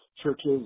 Churches